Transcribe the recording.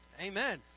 amen